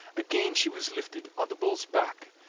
again she was lifted on the bull's back,